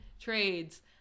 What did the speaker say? trades